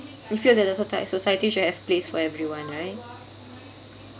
you feel that the sotie~ society should have place for everyone right